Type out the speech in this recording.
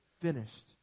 finished